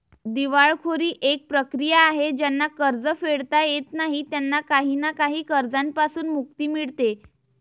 दिवाळखोरी एक प्रक्रिया आहे ज्यांना कर्ज फेडता येत नाही त्यांना काही ना काही कर्जांपासून मुक्ती मिडते